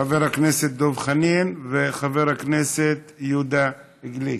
חבר הכנסת דב חנין וחבר הכנסת יהודה גליק.